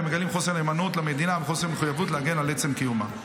ומגלים חוסר נאמנות למדינה וחוסר מחויבות להגן על עצם קיומה.